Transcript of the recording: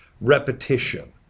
repetition